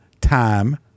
time